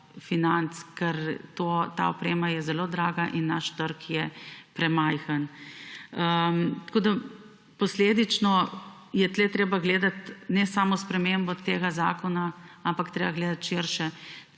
financ, ker ta oprema je zelo draga in naš trg je premajhen. Posledično je tule treba gledati ne samo spremembe tega zakona, ampak je treba gledati širše.